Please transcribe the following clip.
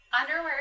underwear